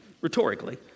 rhetorically